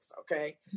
okay